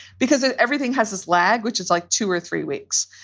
because everything has this lag, which is like two or three weeks.